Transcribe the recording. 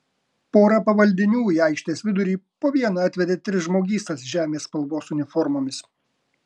pora pavaldinių į aikštės vidurį po vieną atvedė tris žmogystas žemės spalvos uniformomis